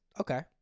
okay